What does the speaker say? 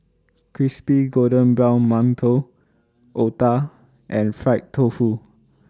Crispy Golden Brown mantou Otah and Fried Tofu